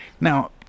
Now